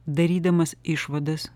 darydamas išvadas